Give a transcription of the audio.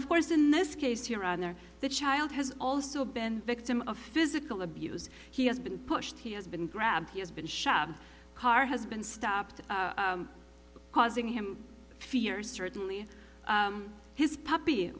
of course in this case here and there the child has also been victim of physical abuse he has been pushed he has been grabbed he has been shot a car has been stopped causing him fear certainly his puppy